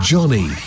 Johnny